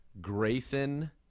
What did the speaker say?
Grayson